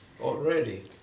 already